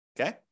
Okay